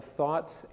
thoughts